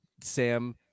Sam